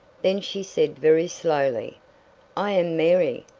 then she said very slowly i am mary,